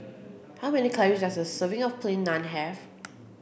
how many calories does a serving of plain naan have